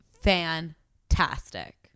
fantastic